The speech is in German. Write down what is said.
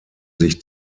sich